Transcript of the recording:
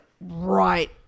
right